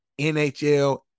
NHL